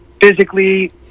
physically